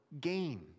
gain